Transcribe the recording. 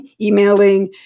emailing